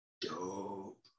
dope